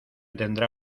tendrá